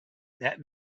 that